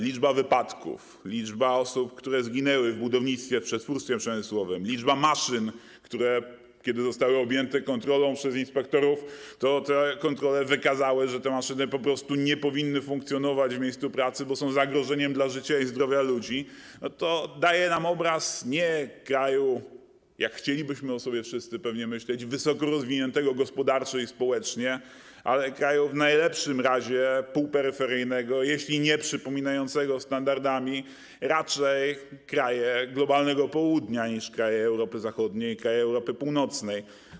Liczba wypadków, liczba osób, które zginęły w budownictwie, w przetwórstwie przemysłowym, liczba maszyn, które zostały objęte kontrolą przez inspektorów, i te kontrole wykazały, że te maszyny po prostu nie powinny funkcjonować w miejscu pracy, bo są zagrożeniem dla życia i zdrowia ludzi - to daje nam obraz nie kraju, jak chcielibyśmy o sobie wszyscy pewnie myśleć, wysoko rozwiniętego gospodarczo i społecznie, ale kraju w najlepszym razie półperyferyjnego, jeśli nie przypominającego standardami raczej kraje globalnego południa niż kraje Europy Zachodniej i kraje Europy Północnej.